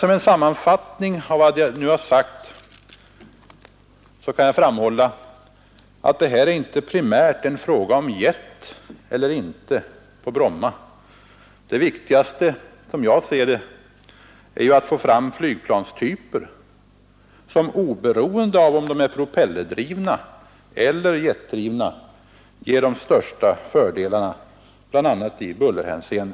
Som en sammanfattning av vad jag nu har sagt kan jag framhålla, att det här inte primärt är en fråga om jet eller inte på Bromma. Det viktigaste, som jag ser det, är ju att få fram flygplanstyper som oberoende av om de är propellerdrivna eller jetdrivna ger de största fördelarna, bl.a. i bullerhänseende.